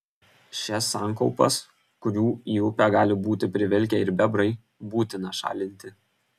šias sankaupas kurių į upę gali būti privilkę ir bebrai būtina šalinti